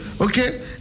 Okay